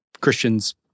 Christians